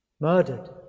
murdered